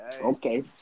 okay